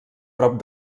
prop